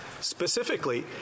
Specifically